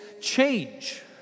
change